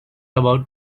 about